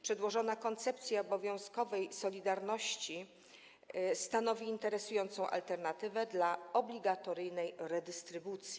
Przedłożona koncepcja obowiązkowej solidarności stanowi interesującą alternatywę dla obligatoryjnej redystrybucji.